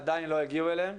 הוא עדיין לא הגיעו אליהם,